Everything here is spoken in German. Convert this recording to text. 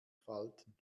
falten